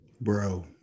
Bro